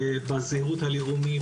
בזהות הלאומית,